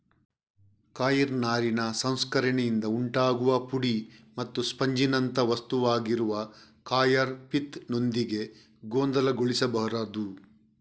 coir ನಾರಿನ ಸಂಸ್ಕರಣೆಯಿಂದ ಉಂಟಾಗುವ ಪುಡಿ ಮತ್ತು ಸ್ಪಂಜಿನಂಥ ವಸ್ತುವಾಗಿರುವ ಕಾಯರ್ ಪಿತ್ ನೊಂದಿಗೆ ಗೊಂದಲಗೊಳಿಸಬಾರದು